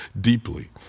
deeply